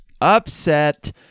upset